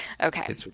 Okay